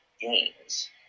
games